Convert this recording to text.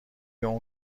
اون